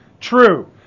True